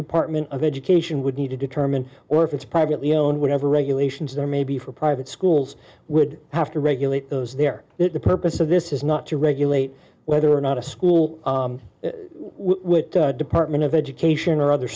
department of education would need to determine or if it's privately owned whatever regulations there may be for private schools would have to regulate those there that the purpose of this is not to regulate whether or not a school with department of education or other